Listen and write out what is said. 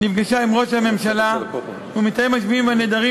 נפגשה עם ראש הממשלה והמתאם לענייני השבויים והנעדרים